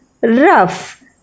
rough